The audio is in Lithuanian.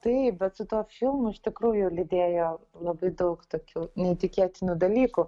taip bet su tuo filmu iš tikrųjų lydėjo labai daug tokių neįtikėtinų dalykų